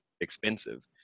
expensive